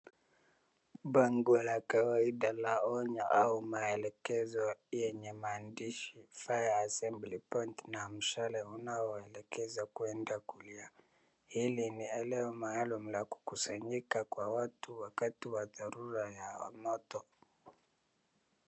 Bango la kawaida la onyo au maelekezo yenye maandishi fire assembly point na mshale unaoelekeza kuenda kulia. Hili ni eneo maalum la kukusanyika kwa watu wakati wa dharura ya moto.